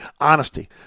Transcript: Honesty